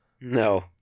No